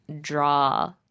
draw